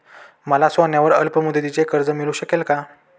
मला सोन्यावर अल्पमुदतीचे कर्ज मिळू शकेल का?